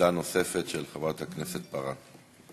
ועמדה נוספת של חברת הכנסת פארן.